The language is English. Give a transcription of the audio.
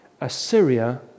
Assyria